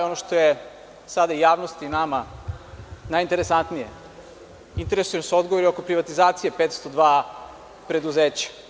Ono što je i javnosti i nama najinteresantnije, interesuju nas odgovori oko privatizacije 502 preduzeća.